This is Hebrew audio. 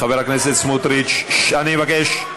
בצלאל, חברים, אני מבקש.